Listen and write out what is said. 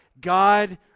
God